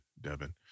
Devin